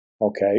okay